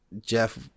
Jeff